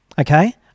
okay